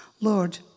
Lord